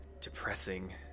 depressing